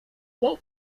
what